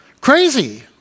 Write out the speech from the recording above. Crazy